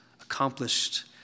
accomplished